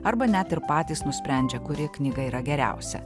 arba net ir patys nusprendžia kuri knyga yra geriausia